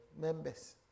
members